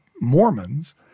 Mormons